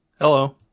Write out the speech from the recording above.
Hello